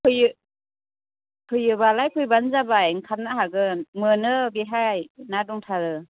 फैयो फैयोब्लालाय फैब्लानो जाबाय ओंखारनो हागोन मोनो बेहाय ना दंथारो